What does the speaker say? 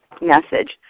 message